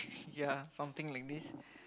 ya something like this